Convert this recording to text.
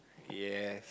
ya